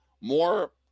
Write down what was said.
more